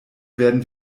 werden